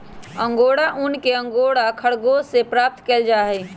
angora ऊन एक angora खरगोश से प्राप्त कइल जाहई